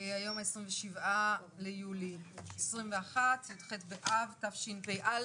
היום ה-27 ביולי 21', י"ח באב תשפ"א,